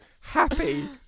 happy